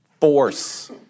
force